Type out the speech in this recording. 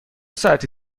ساعتی